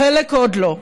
חלק עוד לא,